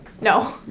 No